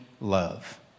love